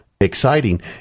exciting